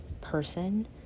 person